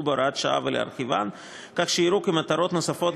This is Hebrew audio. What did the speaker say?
בהוראת השעה ולהרחיבן כך שייראו כמטרות נוספות,